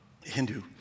Hindu